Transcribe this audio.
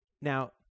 Now